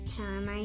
time